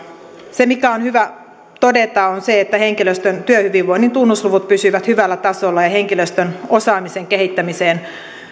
se mikä on hyvä todeta on se että henkilöstön työhyvinvoinnin tunnusluvut pysyivät hyvällä tasolla ja henkilöstön osaamisen kehittämiseen